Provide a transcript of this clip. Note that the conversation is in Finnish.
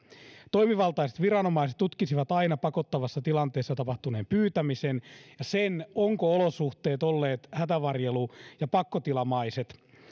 toimivaltaiset viranomaiset tutkisivat aina pakottavassa tilanteessa tapahtuneen pyytämisen ja sen ovatko olosuhteet olleet hätävarjelu ja pakkotilamaiset